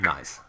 Nice